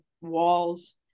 walls